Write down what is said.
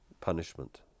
punishment